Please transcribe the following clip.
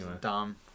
dumb